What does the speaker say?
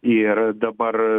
ir dabar